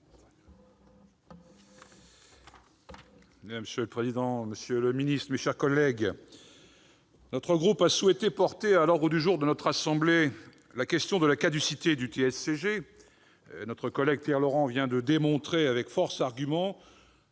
Monsieur le président, monsieur le secrétaire d'État, mes chers collègues, notre groupe a souhaité porter à l'ordre du jour de notre assemblée la question de la caducité du TSCG. Notre collègue Pierre Laurent vient de démontrer avec force arguments